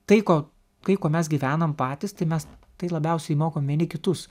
tai ko kai ko mes gyvenam patys tai mes tai labiausiai mokom vieni kitus